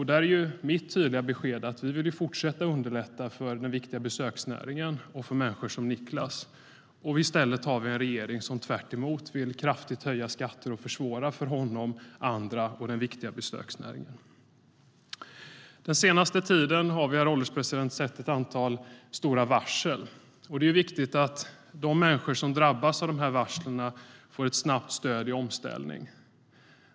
Där är mitt tydliga besked att vi vill fortsätta att underlätta för den viktiga besöksnäringen och för människor som Niklas.Den senaste tiden har vi, herr ålderspresident, sett ett antal stora varsel. Det är viktigt att de människor som drabbas av dessa varsel får ett snabbt stöd till omställning.